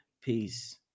peace